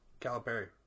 Calipari